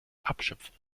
abschöpfen